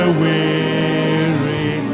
weary